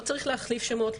לא צריך להחליף שמות,